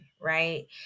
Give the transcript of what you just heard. right